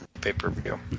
pay-per-view